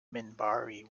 minbari